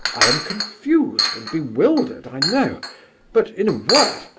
i am confused and bewildered, i know but, in a word,